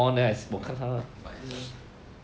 uh but uh